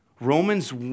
Romans